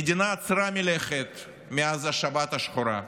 המדינה עצרה מלכת מאז השבת השחורה.